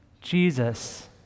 Jesus